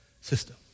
system